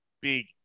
Big